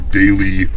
daily